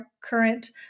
current